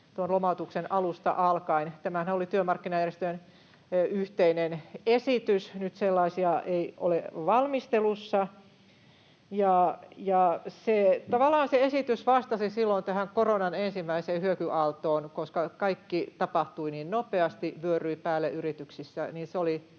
lomautuksen alusta alkaen. Tämähän oli työmarkkinajärjestöjen yhteinen esitys. Nyt sellaisia ei ole valmistelussa. Tavallaan se esitys vastasi silloin tähän koronan ensimmäiseen hyökyaaltoon. Koska kaikki tapahtui niin nopeasti, vyöryi päälle yrityksissä,